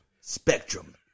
Spectrum